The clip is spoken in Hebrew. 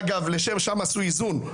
אגב, שם עשו איזון.